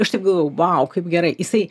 aš taip galvoju wow kaip gerai jisai